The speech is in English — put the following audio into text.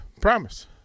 Promise